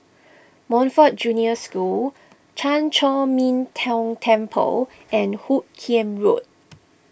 Montfort Junior School Chan Chor Min Tong Temple and Hoot Kiam Road